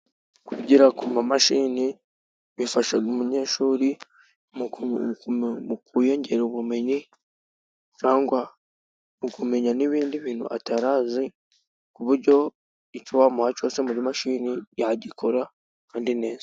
Kwigira ku mamashini, bifasha umunyeshuri mu kwiyongera ubumenyi cyangwa mu kumenya n'ibindi bintu atari azi, ku buryo icyo wamuha cyose imashini yagikora kandi neza.